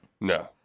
No